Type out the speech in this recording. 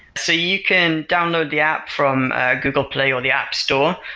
so you can download the app from google play, or the app store,